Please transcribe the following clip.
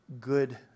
good